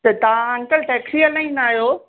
त तव्हां uncle taxi हलाईंदा आहियो